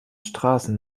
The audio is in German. straßen